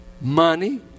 money